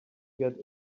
get